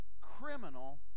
criminal